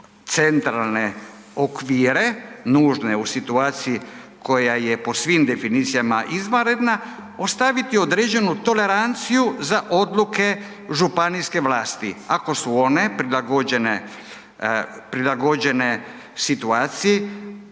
centralne okvire nužne u situaciji koja je po svim definicijama izvanredna, ostaviti određenu toleranciju za odluke županijske vlasti ako su one prilagođene,